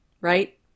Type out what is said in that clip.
right